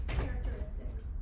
characteristics